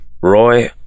Roy